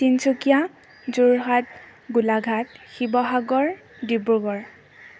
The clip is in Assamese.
তিনিচুকীয়া যোৰহাট গোলাঘাট শিৱসাগৰ ডিব্ৰুগড়